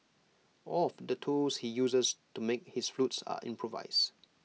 all of the tools he uses to make his flutes are improvised